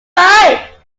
right